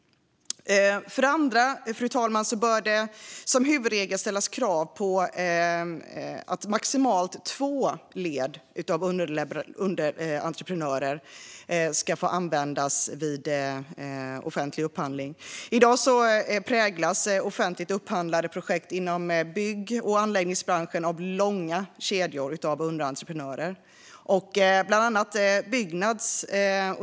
För det andra bör det som huvudregel ställas krav på att maximalt två led av underentreprenörer får användas vid offentlig upphandling. I dag präglas offentligt upphandlade projekt inom bygg och anläggningsbranschen av långa kedjor av underentreprenörer.